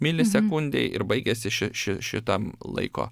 milisekundėj ir baigiasi ši ši šitam laiko